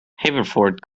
haverford